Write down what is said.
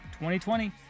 2020